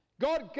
God